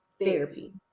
therapy